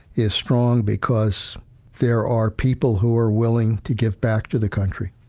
is strong because there are people who are willing to give back to the country,